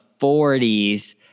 40s